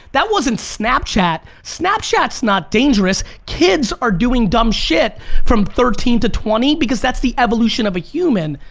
that wasn't snapchat. snapchat's not dangerous, kids are doing dumb shit from thirteen to twenty because that's the evolution of a human.